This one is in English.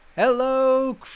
Hello